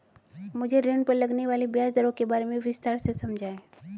मुझे ऋण पर लगने वाली ब्याज दरों के बारे में विस्तार से समझाएं